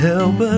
Help